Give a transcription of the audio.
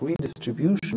redistribution